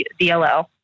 DLL